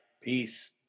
Peace